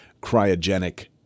cryogenic